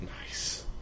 Nice